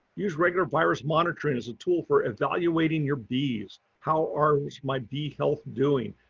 use regular virus monitoring as a tool for evaluating your bees. how are my bee health doing?